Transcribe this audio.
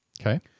Okay